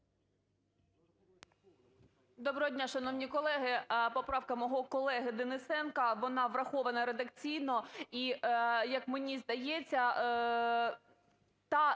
Доброго дня, шановні колеги. Поправка мого колеги Денисенка, вона врахована редакційно.